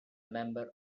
member